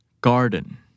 Garden